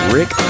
Rick